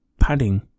padding